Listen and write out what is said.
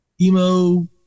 emo